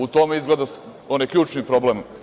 U tome je izgleda onaj ključni problem.